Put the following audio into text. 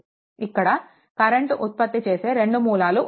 ఇక్కడ కరెంట్ ఉత్పత్తి చేసే రెండు మూలాలు ఉన్నాయి